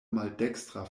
maldekstra